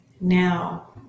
Now